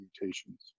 mutations